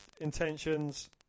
intentions